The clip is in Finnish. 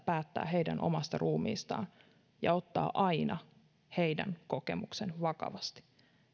päättää heidän omasta ruumiistaan ja ottaa aina heidän kokemuksensa vakavasti